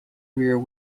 rear